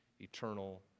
eternal